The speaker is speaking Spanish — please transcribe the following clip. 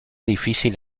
difícil